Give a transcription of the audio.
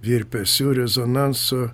virpesių rezonansų